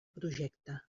projecte